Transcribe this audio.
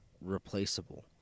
replaceable